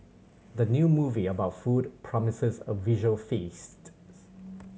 the new movie about food promises a visual feast